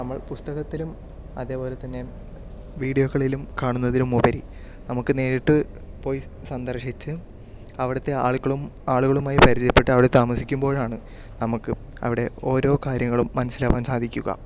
നമ്മൾ പുസ്തകത്തിലും അതേപോലെതന്നെ വീഡിയോകളിലും കാണുന്നതിലും ഉപരി നമുക്ക് നേരിട്ട് പോയി സന്ദർശിച്ച് അവിടുത്തെ ആളുകളും ആളുകളുമായി പരിചയപ്പെട്ട് അവിടെ താമസിക്കുമ്പോഴാണ് നമുക്ക് അവിടെ ഓരോ കാര്യങ്ങളും മനസ്സിലാക്കാൻ സാധിക്കുക